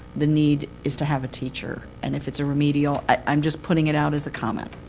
the need is to have a teacher. and if it's a remedial i'm just putting it out as a comment.